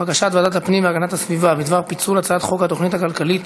בקשת ועדת הפנים והגנת הסביבה בדבר פיצול הצעת חוק התוכנית הכלכלית